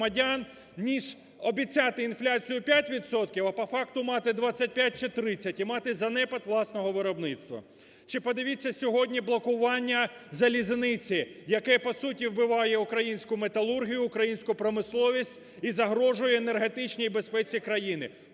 ніж обіцяти інфляцію в 5 відсотків, а по факту мати 25 чи 30 і мати занепад власного виробництва. Чи, подивіться, сьогодні блокування залізниці, яке по суті вбиває українську металургію, українські промисловість і загрожує енергетичній безпеці країни.